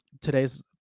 today's